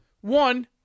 One